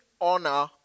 honor